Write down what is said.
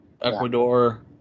Ecuador